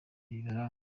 bibaranga